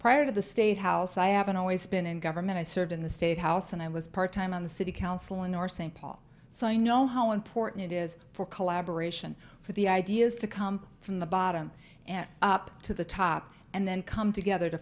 prior to the state house i haven't always been in government i served in the state house and i was part time on the city council in our st paul so i know how important it is for collaboration for the ideas to come from the bottom up to the top and then come together to